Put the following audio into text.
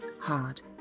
hard